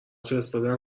فرستادن